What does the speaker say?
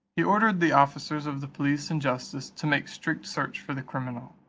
he ordered the officers of the police and justice to make strict search for the criminal.